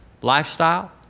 lifestyle